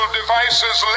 devices